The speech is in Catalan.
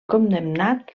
condemnat